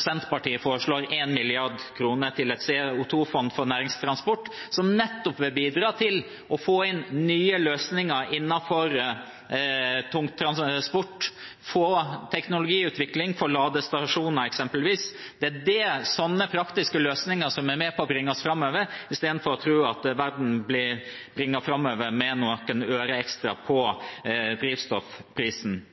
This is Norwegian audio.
Senterpartiet foreslår 1 mrd. kr til et CO 2 -fond for næringstransport, som nettopp vil bidra til å få inn nye løsninger innenfor tungtransport, få teknologiutvikling og få ladestasjoner, eksempelvis. Det er sånne praktiske løsninger som er med på å bringe oss framover, i stedet for å tro at verden blir bragt framover med noen øre ekstra på drivstoffprisen.